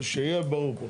שיהיה ברור פה.